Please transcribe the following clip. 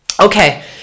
Okay